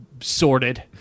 sorted